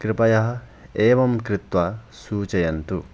कृपयः एवं कृत्वा सूचयन्तु